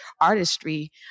artistry